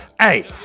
hey